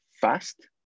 fast